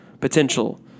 potential